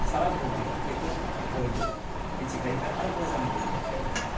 सारा बुहुमानो बेखौ बयबो मिथिखायोखा आरो मोजांबो मोनखायोखा